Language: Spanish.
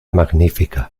magnífica